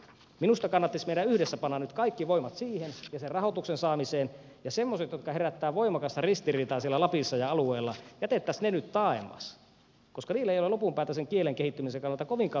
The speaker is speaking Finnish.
minusta kannattaisi meidän yhdessä panna nyt kaikki voimat siihen ja sen rahoituksen saamiseen ja semmoiset jotka herättävät voimakasta ristiriitaa siellä lapissa ja alueella jätettäisiin nyt taaemmas koska niillä ei ole lopunpäätä sen kielen kehittymisen kannalta kovinkaan suurta merkitystä